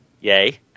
Yay